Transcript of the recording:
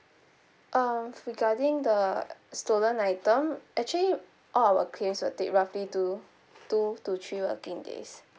uh regarding the stolen item actually all our claims will take roughly two two to three working days